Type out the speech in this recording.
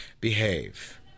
behave